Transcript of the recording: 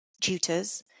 tutors